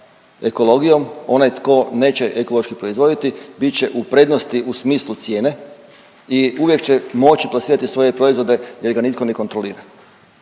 ekologijom, onaj tko neće ekološki proizvodi bit će u prednosti u smislu cijene i uvijek će moći plasirati svoje proizvode jer ga nitko ne kontrolira.